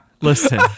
Listen